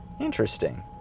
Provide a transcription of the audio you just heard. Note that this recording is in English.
Interesting